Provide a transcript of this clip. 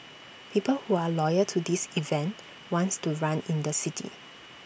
people who are loyal to this event wants to run in the city